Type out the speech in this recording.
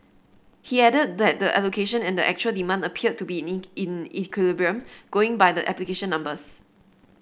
he added that the allocation and the actual demand appeared to be in equilibrium going by the application numbers